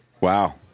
wow